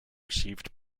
received